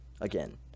again